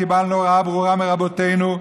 קיבלנו הוראה ברורה מרבותינו,